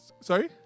Sorry